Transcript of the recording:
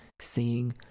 Seeing